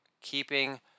keeping